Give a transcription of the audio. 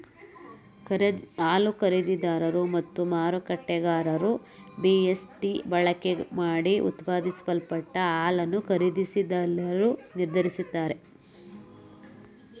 ಹಾಲು ಖರೀದಿದಾರರು ಮತ್ತು ಮರುಮಾರಾಟಗಾರರು ಬಿ.ಎಸ್.ಟಿ ಬಳಕೆಮಾಡಿ ಉತ್ಪಾದಿಸಲ್ಪಟ್ಟ ಹಾಲನ್ನು ಖರೀದಿಸದಿರಲು ನಿರ್ಧರಿಸಿದ್ದಾರೆ